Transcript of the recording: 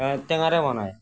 টেঙাৰে বনায়